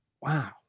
Wow